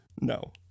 no